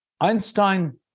Einstein